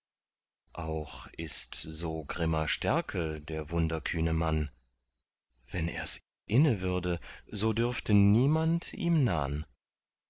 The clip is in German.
auch ist so grimmer stärke der wunderkühne mann wenn ers inne würde so dürfte niemand ihm nahn